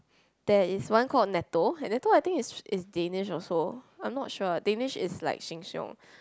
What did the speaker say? there is one called natto and natto and I think is is danish also I'm not sure danish is like Sheng-Shiong